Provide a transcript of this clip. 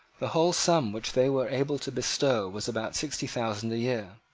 the whole sum which they were able to bestow was about sixty thousand a year,